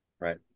Right